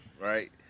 right